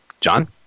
john